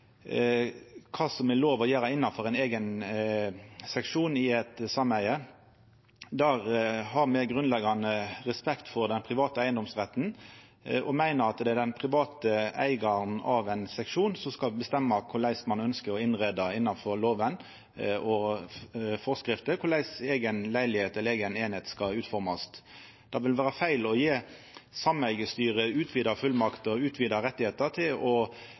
lov å gjera innanfor eigen seksjon i eit sameige. Der har me grunnleggjande respekt for den private eigedomsretten og meiner at det er den private eigaren av ein seksjon som skal bestemma korleis eiga leilegheit i ei eining skal utformast innanfor lov og forskrifter. Det vil vera feil å gje sameigestyret utvida fullmakter og rett til å